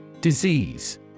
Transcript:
Disease